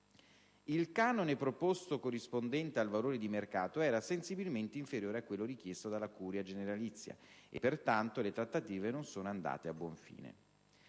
Il canone proposto, corrispondente al valore di mercato, era sensibilmente inferiore a quello richiesto dalla Curia generalizia e, pertanto, le trattative non sono andate a buon fine.